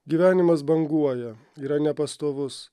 gyvenimas banguoja yra nepastovus